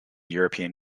european